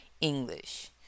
English